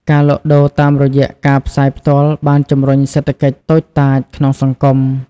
ការលក់ដូរតាមរយៈការផ្សាយផ្ទាល់បានជំរុញសេដ្ឋកិច្ចតូចតាចក្នុងសង្គម។